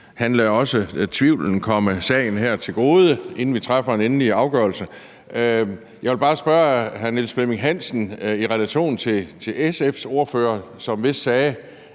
også lader tvivlen komme sagen her til gode, inden vi træffer en endelig afgørelse. Jeg vil bare gerne stille hr. Niels Flemming Hansen et spørgsmål, i relation til at SF's ordfører vist sagde,